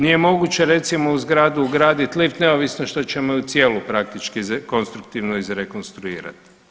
Nije moguće recimo u zgradu ugradit lift neovisno što ćemo ju cijelu praktički konstruktivno izrekonstruirat.